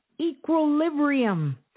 equilibrium